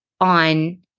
on